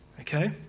Okay